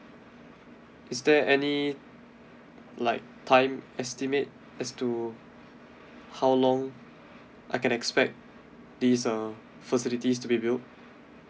is there any like time estimate as to how long I can expect these uh facilities to be built